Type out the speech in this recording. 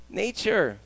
nature